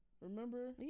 Remember